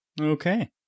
Okay